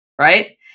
right